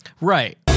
Right